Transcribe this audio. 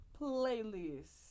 playlist